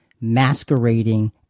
masquerading